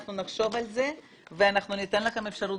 אנחנו נחשוב על זה וניתן לכם אפשרות